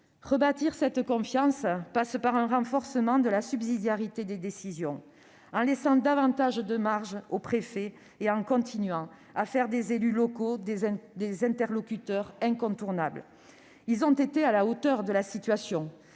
Rebâtir cette confiance passe par un renforcement de la subsidiarité des décisions, en laissant davantage de marges aux préfets et en continuant à faire des élus locaux des interlocuteurs incontournables : ils ont été à la hauteur de la situation